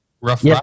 rough